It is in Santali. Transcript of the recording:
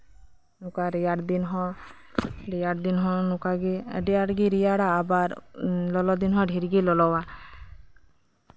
ᱟᱨ ᱱᱚᱝᱠᱟ ᱨᱮᱭᱟᱲ ᱫᱤᱱ ᱦᱚᱸ ᱱᱚᱝᱠᱟ ᱜᱮ ᱟᱰᱤ ᱟᱸᱴ ᱜᱮ ᱨᱮᱭᱟᱲᱟ ᱟᱵᱟᱨ ᱞᱚᱞᱚ ᱫᱤᱱ ᱦᱚᱸ ᱰᱷᱮᱨ ᱜᱮ ᱞᱚᱞᱚᱣᱟ